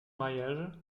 mariage